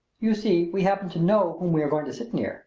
you see we happen to know whom we are going to sit near